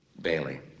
Bailey